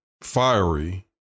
fiery